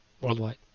worldwide